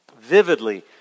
vividly